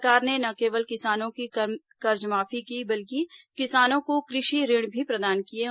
सरकार ने न केवल किसानों की कर्जमाफी की बल्कि किसानों को कृषि ऋण भी प्रदान किए गए